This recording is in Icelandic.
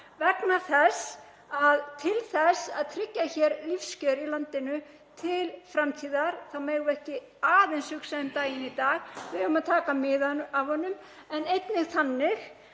vegna þess að til þess að tryggja lífskjör í landinu til framtíðar þá megum við ekki aðeins hugsa um daginn í dag. Við eigum að taka mið af honum en einnig þannig